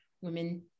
Women